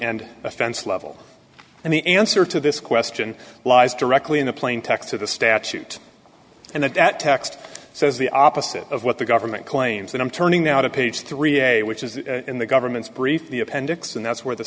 and offense level and the answer to this question lies directly in the plain text of the statute and that that text says the opposite of what the government claims and i'm turning now to page three a which is in the government's brief the appendix and that's where the